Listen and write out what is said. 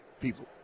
people